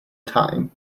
time